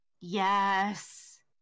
Yes